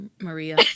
Maria